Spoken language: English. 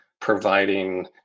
providing